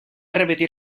repetir